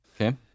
Okay